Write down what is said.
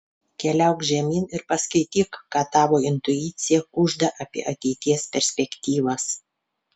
keliauk žemyn ir paskaityk ką tavo intuicija kužda apie ateities perspektyvas